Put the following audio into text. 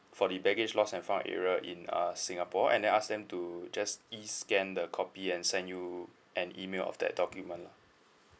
for the baggage lost and found area in uh singapore and then ask them to just E scan the copy and send you an email of that document lah